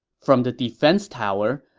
from the defense tower,